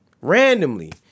Randomly